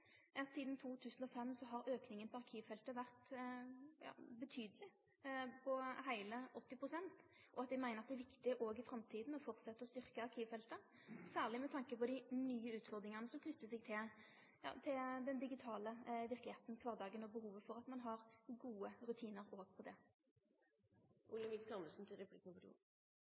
sidan 2005 har aukinga på arkivfeltet vore betydeleg, på heile 80 pst., og at eg meiner at det er viktig òg i framtida å fortsetje å styrke arkivfeltet, særleg med tanke på dei nye utfordringane som knyter seg til den digitale verkelegheita, kvardagen, og behovet for at ein har gode rutinar på det.